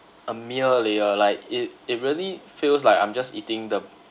a mere layer like it it really feels like I'm just eating the